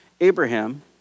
Abraham